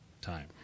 time